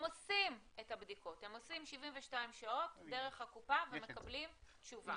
הם עושים את הבדיקות 72 שעות דרך הקופה ומקבלים תשובה.